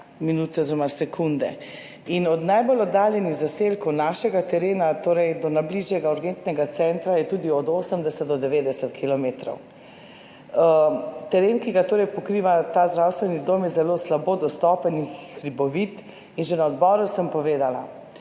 minute oziroma sekunde. Od najbolj oddaljenih zaselkov našega terena do najbližjega urgentnega centra je tudi od 80 do 90 kilometrov. Teren, ki ga pokriva ta zdravstveni dom, je zelo slabo dostopen in hribovit. Že na odboru sem povedala,